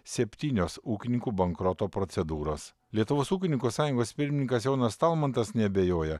septynios ūkininkų bankroto procedūros lietuvos ūkininkų sąjungos pirmininkas jonas talmantas neabejoja